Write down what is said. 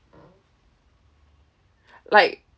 like